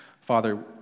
Father